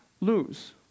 lose